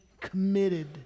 committed